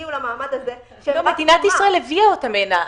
הגיעו למעמד הזה --- שמדינת ישראל הביאה אותם הנה.